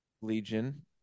Legion